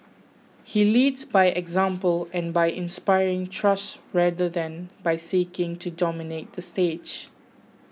he leads by example and by inspiring trust rather than by seeking to dominate the stage